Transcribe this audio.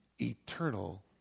eternal